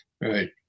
Right